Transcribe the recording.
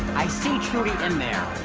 i see trudy in there.